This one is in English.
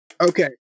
Okay